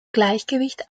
gleichgewicht